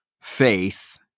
faith